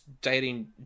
dating